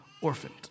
orphaned